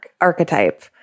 archetype